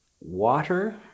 water